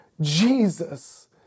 Jesus